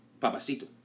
Papacito